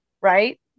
right